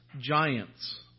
giants